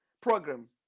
program